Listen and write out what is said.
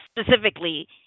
specifically